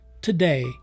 today